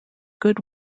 good